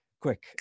quick